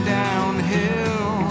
downhill